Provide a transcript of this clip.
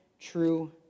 true